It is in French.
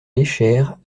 léchère